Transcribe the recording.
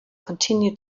continue